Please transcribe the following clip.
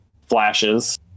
flashes